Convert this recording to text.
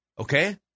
Okay